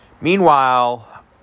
Meanwhile